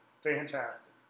fantastic